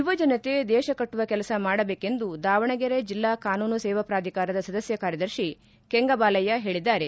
ಯುವಜನತೆ ದೇಶ ಕಟ್ಟುವ ಕೆಲಸ ಮಾಡಬೇಕೆಂದು ದಾವಣಗೆರೆ ಜಿಲ್ಲಾ ಕಾನೂನು ಸೇವಾ ಪ್ರಾಧಿಕಾರದ ಸದಸ್ತ ಕಾರ್ಯದರ್ಶಿ ಕೆಂಗಬಾಲಯ್ಯ ಹೇಳಿದ್ದಾರೆ